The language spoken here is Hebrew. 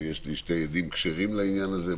ויש לי שני עדים כשרים לעניין הזה,